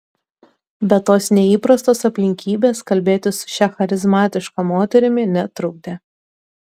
bet tos neįprastos aplinkybės kalbėtis su šia charizmatiška moterimi netrukdė